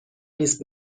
نیس